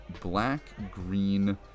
black-green